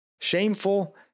shameful